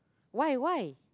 why why